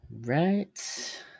Right